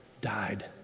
died